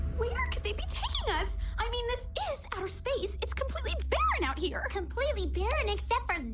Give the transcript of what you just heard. we are could they be taking us. i mean this is her space. it's completely barren out here completely barren except for